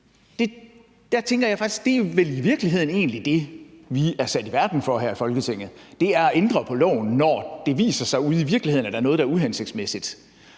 at det vel i virkeligheden egentlig er det, vi er sat i verden for her i Folketinget, nemlig at ændre loven, når det viser sig ude i virkeligheden, at der er noget, der er uhensigtsmæssigt.